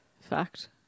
Fact